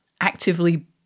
actively